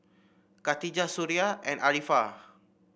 Khatijah Suria and Arifa